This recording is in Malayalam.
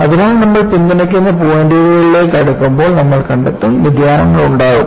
അതിനാൽ നമ്മൾ പിന്തുണയ്ക്കുന്ന പോയിന്റുകളിലേക്ക് അടുക്കുമ്പോൾ നമ്മൾ കണ്ടെത്തും വ്യതിയാനങ്ങൾ ഉണ്ടാകും